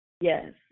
Yes